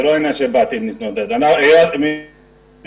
אני מדבר על עיריית אילת.